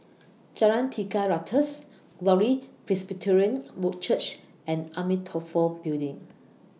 Jalan Tiga Ratus Glory Presbyterian Church and Amitabha Building